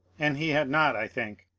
and he had not, i think,